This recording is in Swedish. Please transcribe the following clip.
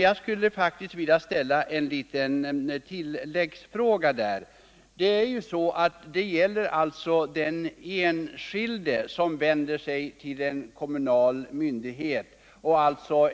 Jag skulle emellertid vilja ställa en liten tilläggsfråga. Det gäller här vad som kan hända när den enskilde vänder sig till en kommunal myndighet med ett ärende.